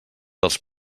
dels